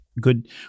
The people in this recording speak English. good